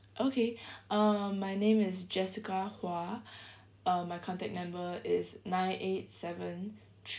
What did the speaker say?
okay uh my name is jessica hua uh my contact number is nine eight seven thr~